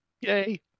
Yay